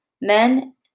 Men